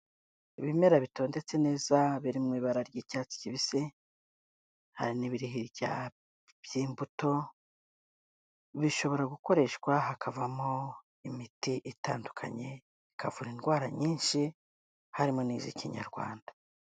Ibimera bitondetse neza biri mu ibara ry'icyatsi kibisi, hari n'ibiri hirya by'imbuto, bishobora gukoreshwa hakavamo imiti itandukanye bikavura indwara nyinshi harimo n'iz'ikinyarwanda.